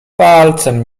palcem